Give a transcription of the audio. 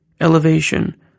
elevation